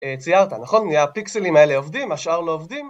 ציירת, נכון? הפיקסלים האלה עובדים, השאר לא עובדים.